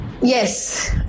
yes